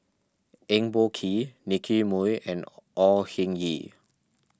Eng Boh Kee Nicky Moey and Au Hing Yee